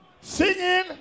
singing